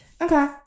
Okay